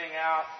out